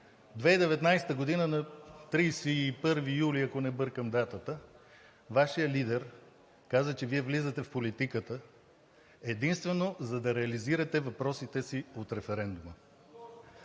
2019 г., ако не бъркам датата, Вашият лидер каза, че Вие влизате в политиката единствено за да реализирате въпросите си от референдума.